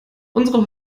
unsere